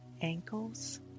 Ankles